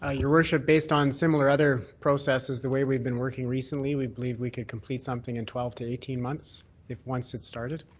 ah your worship, based on similar other processes, the way we've been working recently we believe we could complete something in twelve to eighteen months once it's started.